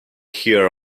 here